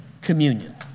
communion